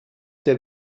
der